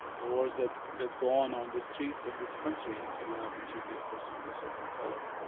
the wars that that go on on the streets of this country if you happen to be a person of a certain color,